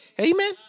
amen